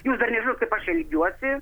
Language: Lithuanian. jūs dar nežinot kaip aš elgiuosi